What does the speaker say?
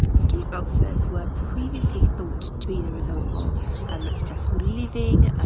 stomach ulcers were previously thought to be the result of um stressful living,